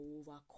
overcome